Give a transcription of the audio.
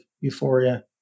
euphoria